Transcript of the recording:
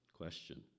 Question